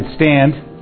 stand